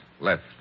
left